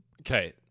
Okay